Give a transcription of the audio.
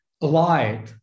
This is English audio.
light